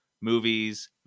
movies